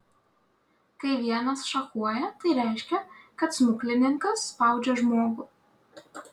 kai vienas šachuoja tai reiškia kad smuklininkas spaudžia žmogų